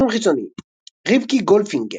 קישורים חיצוניים רבקי גולדפינגר,